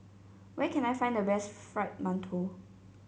where can I find the best Fried Mantou